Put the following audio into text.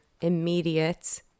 immediate